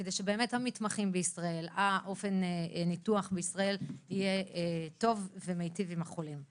כדי שהמתמחים בישראל ואופן הניתוח בישראל יהיה טוב ומיטיב עם החולים.